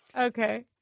Okay